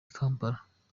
kampala